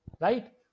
right